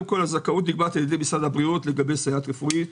הזכאות נקבעת על-ידי משרד הבריאות לגבי סייעת רפואית,